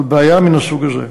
על בעיה מן הסוג הזה.